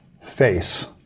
face